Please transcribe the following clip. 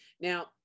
now